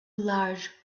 large